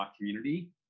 community